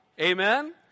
Amen